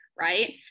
right